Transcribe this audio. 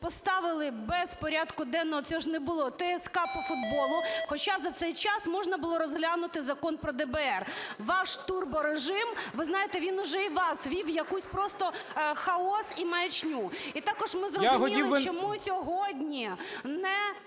поставили без порядку денного, цього ж не було, ТСК по футболу, хоча за цей час можна було розглянути Закон про ДБР. Ваш турборежим, ви знаєте, він уже і вас ввів в якийсь просто хаос і маячню. І також ми зрозуміли, чому сьогодні не